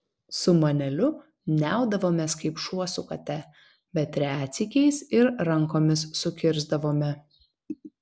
su maneliu niaudavomės kaip šuo su kate bet retsykiais ir rankomis sukirsdavome